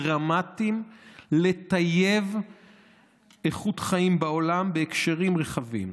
עשינו פה דברים דרמטיים לטיוב איכות החיים בעולם בהקשרים רחבים.